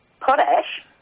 potash